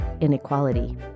inequality